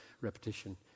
repetition